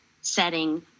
setting